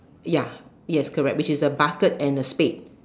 ya yes correct which is a bucket and a spade